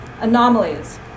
anomalies